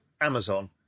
Amazon